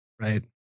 Right